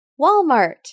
Walmart